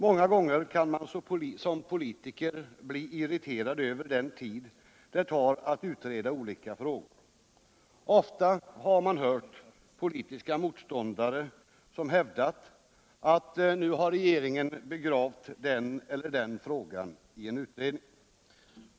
Många gånger kan man som politiker bli irriterad över den tid det tar att utreda olika frågor. Ofta har man hört politiska motståndare hävda, att nu har regeringen begravt den eller den frågan i en utredning.